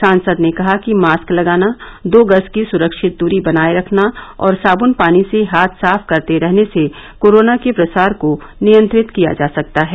सांसद ने कहा कि मास्क लगाना दो गज की सुरक्षित दूरी बनाए रखना और साबुन पानी से हाथ साफ करते रहने से कोरोना के प्रसार को नियंत्रित किया जा सकता है